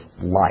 life